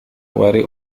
wari